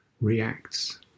reacts